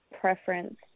preference